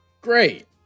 Great